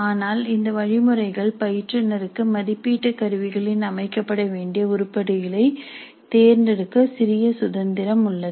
ஆனால் இந்த வழிமுறைகள் பயிற்றுனறுக்கு மதிப்பீட்டு கருவிகளின் அமைக்கப்பட வேண்டிய உருப்படிகளை தேர்ந்தெடுக்க சிறிது சுதந்திரம் உள்ளது